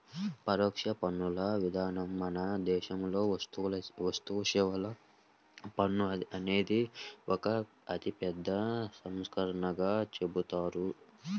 పరోక్ష పన్నుల విధానంలో మన దేశంలో వస్తుసేవల పన్ను అనేది ఒక అతిపెద్ద సంస్కరణగా చెబుతారు